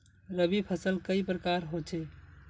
रवि फसल कई प्रकार होचे?